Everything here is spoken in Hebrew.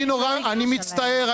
אני מצטער,